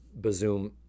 bazoom